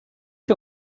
der